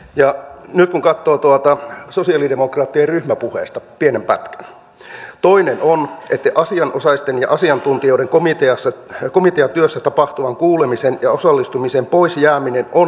voisiko nyt ensi vuoden budjettia sitten valmisteltaessa käydä valtiovarainministeriön kanssa sen keskustelun että tätä puliveivausta ei tarvitsisi vuosi toisensa jälkeen tehdä